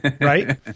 Right